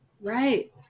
Right